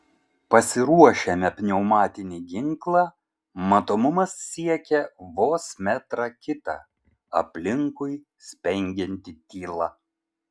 pasiruošiame pneumatinį ginklą matomumas siekia vos metrą kitą aplinkui spengianti tyla